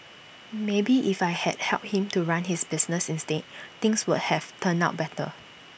maybe if I had helped him to run his business instead things would have turned out better